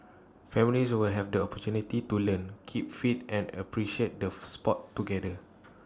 families will have the opportunity to learn keep fit and appreciate the Sport together